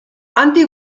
handik